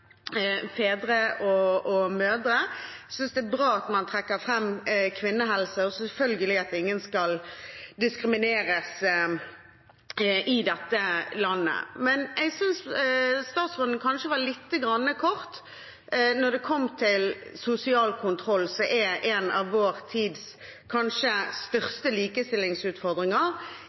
fedre og mødre. Jeg synes det er bra at man trekker fram kvinnehelse og – selvfølgelig – at ingen skal diskrimineres i dette landet. Men jeg synes kanskje statsråden var lite grann kort når det gjelder sosial kontroll, som er en av vår tids kanskje største likestillingsutfordringer